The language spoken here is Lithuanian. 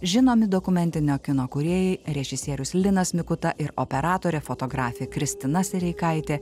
žinomi dokumentinio kino kūrėjai režisierius linas mikuta ir operatorė fotografė kristina sereikaitė